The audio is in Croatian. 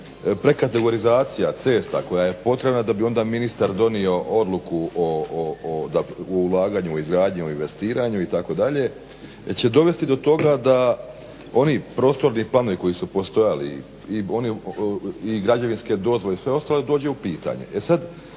prekategorizacija cesta koja je potrebna da bi onda ministar donio odluku o ulaganju u izgradnju, o investiranju itd. će dovesti do toga da oni prostorni planovi koji su postojali i građevinske dozvole i sve ostalo da dođe u pitanje.